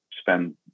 spend